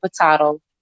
potato